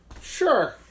Sure